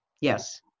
Yes